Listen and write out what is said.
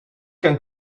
can